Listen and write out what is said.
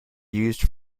used